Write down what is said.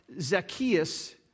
Zacchaeus